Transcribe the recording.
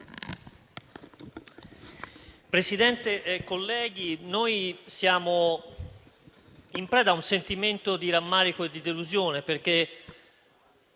Presidente, noi siamo in preda a un sentimento di rammarico e di delusione, perché